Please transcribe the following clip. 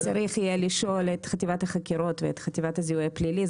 צריך יהיה לשאול את חטיבת החקירות ואת חטיבת הזיהוי הפלילי.